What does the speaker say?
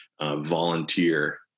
volunteer